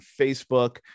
Facebook